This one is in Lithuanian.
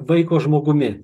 vaiko žmogumi